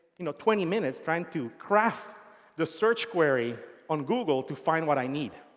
you know, twenty minutes trying to craft the search query on google to find what i need.